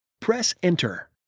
press enter.